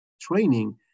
training